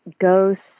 ghosts